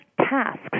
tasks